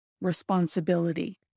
responsibility